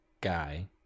guy